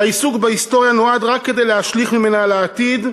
והעיסוק בהיסטוריה בא רק כדי להשליך ממנה על העתיד.